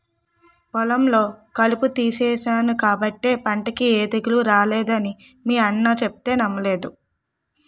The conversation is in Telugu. పొలంలో కలుపు తీసేను కాబట్టే పంటకి ఏ తెగులూ రానేదని మీ అన్న సెప్తే నమ్మలేదు